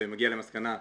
ומגיע למסקנה.